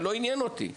לא עניין אותי האופן.